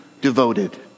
devoted